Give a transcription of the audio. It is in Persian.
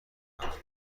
پناهگاه